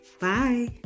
Bye